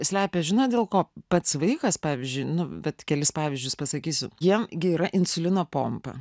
slepia žinot dėl ko pats vaikas pavyzdžiui nu vat kelis pavyzdžius pasakysiu jam gi yra insulino pompa